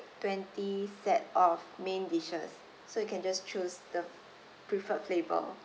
twenty set of main dishes so you can just choose the preferred flavour